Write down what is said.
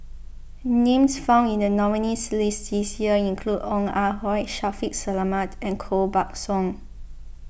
names found in the nominees' list this year include Ong Ah Hoi Shaffiq Selamat and Koh Buck Song